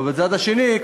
ומצד שני,